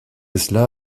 cela